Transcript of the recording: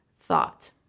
thought